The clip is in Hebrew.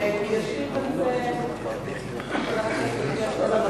ישיב על זה חבר הכנסת עתניאל שנלר.